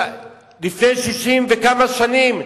לפני 60 וכמה שנים,